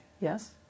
Yes